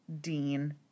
Dean